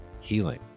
healing